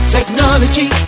Technology